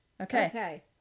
Okay